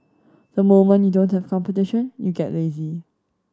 the moment you don't have competition you get lazy